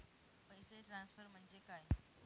पैसे ट्रान्सफर म्हणजे काय?